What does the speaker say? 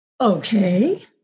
Okay